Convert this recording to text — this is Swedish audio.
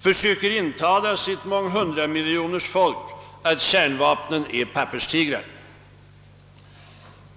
försöker intala sitt månghundramiljoners folk att kärnvapnen är papperstigrar.